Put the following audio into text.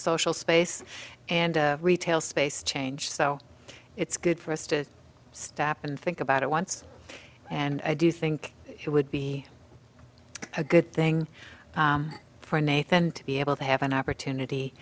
social space and retail space change so it's good for us to stop and think about it once and i do think it would be a good thing for nathan to be able to have an opportunity